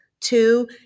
Two